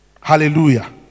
Hallelujah